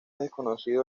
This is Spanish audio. desconocido